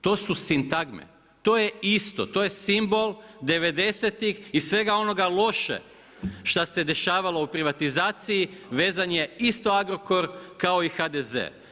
To su sintagme, to je isto, to je simbol '90. i svega onoga loše što se dešavalo u privatizaciji, vezan je isto Agrokor kao i HDZ.